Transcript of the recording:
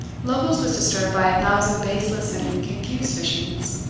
lovel's was disturbed by a thousand baseless and confused visions.